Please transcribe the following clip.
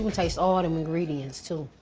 um taste all them ingredients, too.